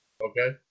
Okay